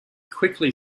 quickly